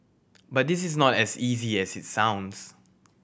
but this is not as easy as it sounds